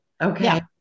okay